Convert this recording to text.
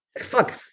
fuck